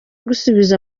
gusubiza